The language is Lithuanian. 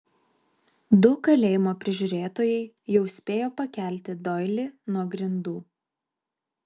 du kalėjimo prižiūrėtojai jau spėjo pakelti doilį nuo grindų